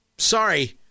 sorry